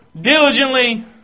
diligently